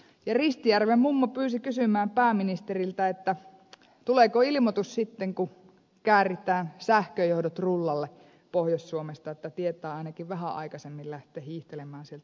ristijärven mummo pyysi kysymään pääministeriltä tuleeko ilmoitus sitten kun kääritään sähköjohdot rullalle pohjois suomesta että tietää ainakin vähän aikaisemmin lähteä hiihtelemään sieltä pois